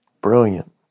Brilliant